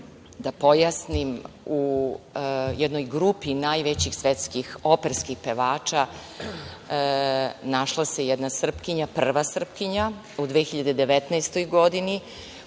da pojasnim, u jednoj grupi najvećih svetskih operskih pevača našla se i jedna Srpkinja, prva Srpkinja u 2019. godini